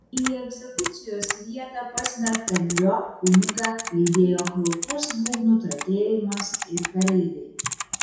į egzekucijos vietą pasmerktą myriop kunigą lydėjo kraupus būgnų tratėjimas ir kareiviai